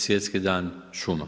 Svjetski dan šuma.